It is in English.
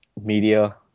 media